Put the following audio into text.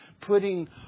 putting